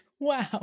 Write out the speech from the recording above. Wow